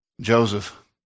Joseph